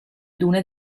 dune